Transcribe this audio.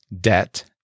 Debt